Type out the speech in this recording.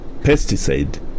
pesticide